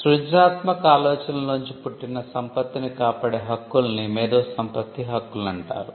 సృజనాత్మక ఆలోచనల నుంచి పుట్టిన సంపత్తిని కాపాడే హక్కుల్ని మేధో సంపత్తి హక్కులంటారు